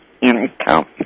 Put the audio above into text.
income